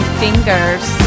fingers